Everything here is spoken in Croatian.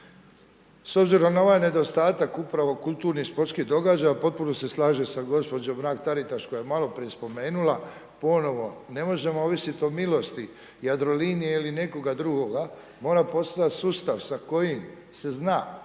S obzirom na ovaj nedostatak upravo kulturnih i sportskih događaja, potpuno se slažem sa gospođom Mrak Taritaš koja je maloprije spomenula, ponovno ne možemo ovisiti o milosti Jadrolinije ili nekoga drugoga, mora postojati sustav sa kojim se zna